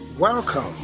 Welcome